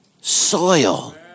soil